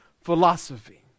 philosophy